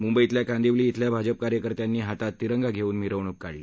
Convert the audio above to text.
मुंबईतल्या कांदिवली इथल्या भाजपा कार्यकर्त्यांनी हातात तिरंगा घेऊन मिरवणूक काढली